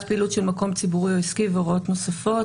פעילות של מקום ציבורי או עסקי והוראות נוספות).